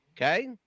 Okay